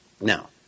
Now